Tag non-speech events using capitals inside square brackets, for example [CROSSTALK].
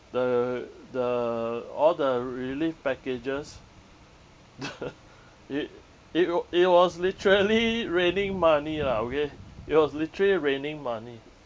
the the all the relief packages the [LAUGHS] it it w~ it was literally [LAUGHS] raining money lah okay it was literally raining money